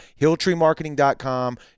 HilltreeMarketing.com